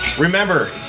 Remember